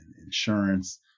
insurance